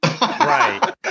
Right